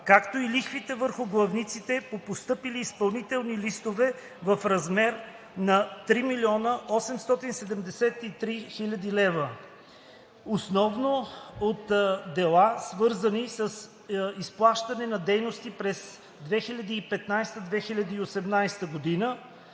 както и лихвите върху главниците по постъпили изпълнителни листове в размер на 3 873,7 хил. лв., основно от дела, свързани с изплащане на дейността през 2015 – 2018 г.,